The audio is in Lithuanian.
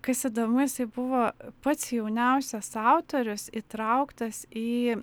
kas įdomu jisai buvo pats jauniausias autorius įtrauktas į